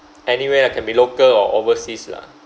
anywhere lah can be local or overseas lah